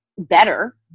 better